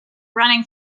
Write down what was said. running